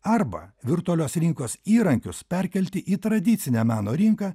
arba virtualios rinkos įrankius perkelti į tradicinę meno rinką